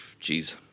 jeez